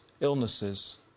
illnesses